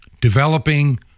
developing